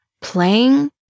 playing